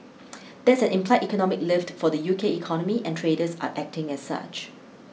that's an implied economic lift for the U K economy and traders are acting as such